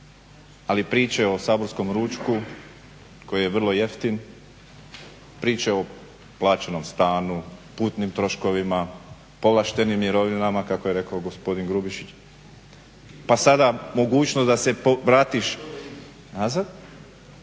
ali priče o saborskom ručku koji je vrlo jeftin, priče o plaćenom stanju, putnim troškovima, povlaštenim mirovinama kako je rekao gospodin Grubišić pa sada mogućnost da se vratiš nazad.